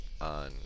on